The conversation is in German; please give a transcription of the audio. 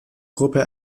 gruppe